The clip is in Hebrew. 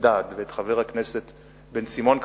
אלדד וחבר הכנסת בן-סימון,